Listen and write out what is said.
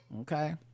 okay